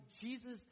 Jesus